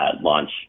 launch